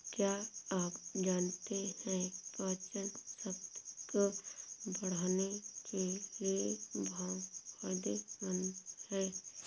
क्या आप जानते है पाचनशक्ति को बढ़ाने के लिए भांग फायदेमंद है?